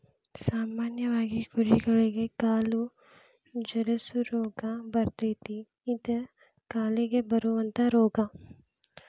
ಸಾಮಾನ್ಯವಾಗಿ ಕುರಿಗಳಿಗೆ ಕಾಲು ಜರಸು ರೋಗಾ ಬರತತಿ ಇದ ಕಾಲಿಗೆ ಬರುವಂತಾ ರೋಗಾ